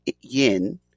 yin